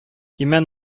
имән